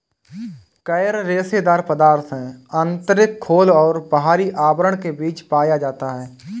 coir रेशेदार पदार्थ है आंतरिक खोल और बाहरी आवरण के बीच पाया जाता है